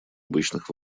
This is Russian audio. обычных